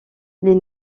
les